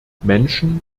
menschen